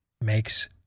makes